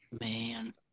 Man